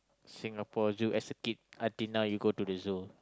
Singapore Zoo as a kid until now you go to the zoo